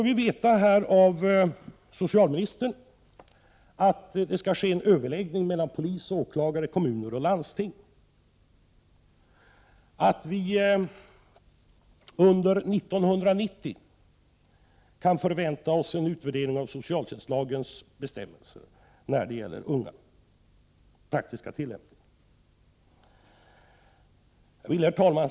Vi får av socialministern veta att det skall komma till stånd en överläggning mellan polis, åklagare, kommuner och landsting samt att vi under 1990 kan förvänta oss en utvärdering av den praktiska tillämpningen av socialtjänstla 47 Herr talman!